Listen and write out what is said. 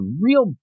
real